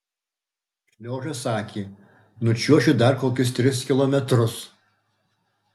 šliožas sakė nučiuošiu dar kokius tris kilometrus